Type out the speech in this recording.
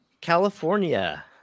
California